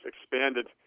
expanded